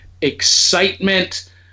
excitement